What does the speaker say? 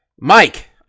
Mike